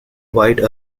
wide